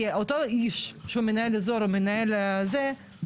כי אותו איש שהוא מנהל אזור ומנהל הזה,